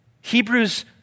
Hebrews